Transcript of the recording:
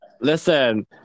listen